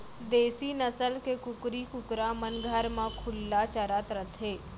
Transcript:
देसी नसल के कुकरी कुकरा मन घर म खुल्ला चरत रथें